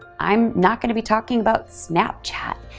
i'm not gonna be talking about snapchat,